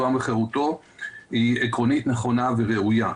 כבוד האדם וחירותו היא עקרונית נכונה וראויה.